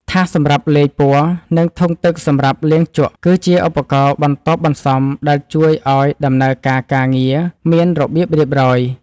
ថាសសម្រាប់លាយពណ៌ និងធុងទឹកសម្រាប់លាងជក់ គឺជាឧបករណ៍បន្ទាប់បន្សំដែលជួយឱ្យដំណើរការការងារមានរបៀបរៀបរយ។